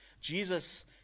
Jesus